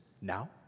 now